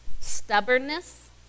stubbornness